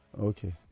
Okay